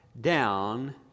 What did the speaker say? down